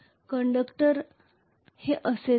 conductor हे असेच आहेत